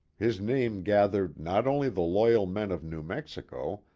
his name gathered not only the loyal men of new mexico,